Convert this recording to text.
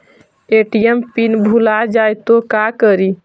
ATM PIN भुला जाए तो का करी?